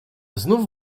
znów